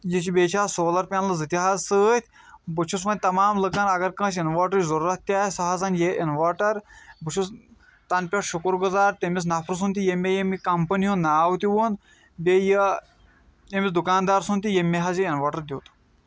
یہِ چھِ بیٚیہِ چھِ اَتھ سولَر پیٚنٛلہٕ زٕ تہِ حظ سۭتۍ بہٕ چھُس وۄنۍ تَمام لُکَن اَگر کٲنٛسہِ اِنوٲٹرٕچ ضرورَت تہِ آسہِ سُہ حظ اَنہِ یہِ اِنوٲٹَر بہٕ چھُس تَنہٕ پٮ۪ٹھ شُکُر گُزار تٔمِس نَفرٕ سُنٛد تہٕ ییٚمۍ مےٚ ییٚمہِ کَمپٔنی ہُنٛد ناو تہِ وون بیٚیہِ یہِ أمِس دُکاندار سُنٛد تہٕ ییٚمۍ مےٚ حظ یہِ اِنوٲٹَر دیُت